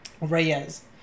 Reyes